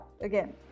again